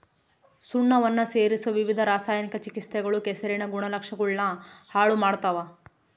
ಸುಣ್ಣವನ್ನ ಸೇರಿಸೊ ವಿವಿಧ ರಾಸಾಯನಿಕ ಚಿಕಿತ್ಸೆಗಳು ಕೆಸರಿನ ಗುಣಲಕ್ಷಣಗುಳ್ನ ಹಾಳು ಮಾಡ್ತವ